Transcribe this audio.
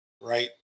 right